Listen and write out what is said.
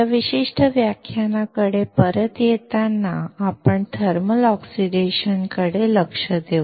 या विशिष्ट व्याख्यानाकडे परत येताना आपण थर्मल ऑक्सिडेशन कडे लक्ष देऊ